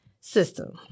system